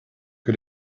que